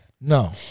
No